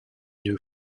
new